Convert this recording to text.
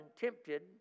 tempted